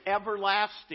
everlasting